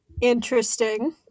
interesting